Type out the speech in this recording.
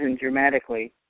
dramatically